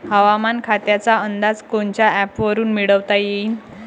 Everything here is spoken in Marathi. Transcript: हवामान खात्याचा अंदाज कोनच्या ॲपवरुन मिळवता येईन?